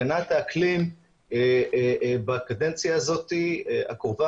הגנת האקלים בקדנציה הקרובה,